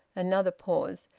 another pause.